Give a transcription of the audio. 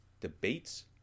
debates